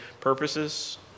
purposes